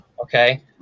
Okay